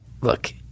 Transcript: Look